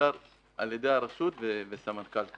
שיאושר על-ידי הרשות וסמנכ"ל.